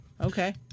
Okay